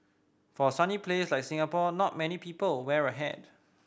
for a sunny place like Singapore not many people wear a hat